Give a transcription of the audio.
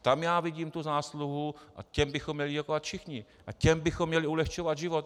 Tam já vidím zásluhu a těm bychom měli děkovat všichni a těm bychom měli ulehčovat život.